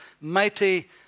mighty